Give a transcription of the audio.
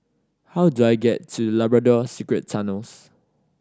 how do I get to Labrador Secret Tunnels